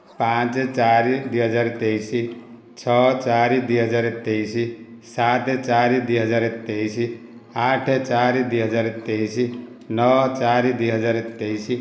ପାଞ୍ଚ ଚାରି ଦୁଇହଜାର ତେଇଶ ଛଅ ଚାରି ଦୁଇହଜାର ତେଇଶ ସାତ ଚାରି ଦୁଇହଜାର ତେଇଶ ଆଠ ଚାରି ଦୁଇହଜାର ତେଇଶ ନଅ ଚାରି ଦୁଇହଜାର ତେଇଶ